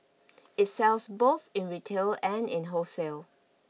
it sells both in retail and in wholesale